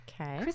Okay